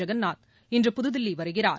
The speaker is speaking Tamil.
ஜெகன்னாத் இன்று புதுதில்லி வருகிறார்